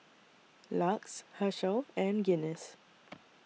LUX Herschel and Guinness